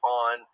on